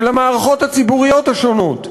של המערכות הציבוריות השונות,